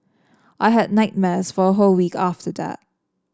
I had nightmares for a whole week after that